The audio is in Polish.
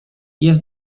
jest